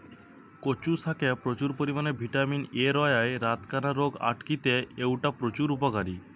কচু শাকে প্রচুর পরিমাণে ভিটামিন এ রয়ায় রাতকানা রোগ আটকিতে অউটা প্রচুর উপকারী